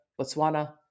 Botswana